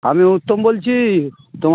আমি উত্তম বলছি তোমার